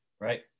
Right